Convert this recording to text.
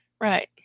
Right